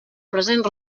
present